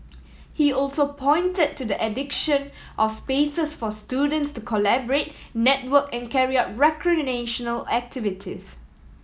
he also pointed to the addiction of spaces for students to collaborate network and carry out recreational activities